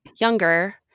younger